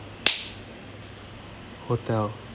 hotel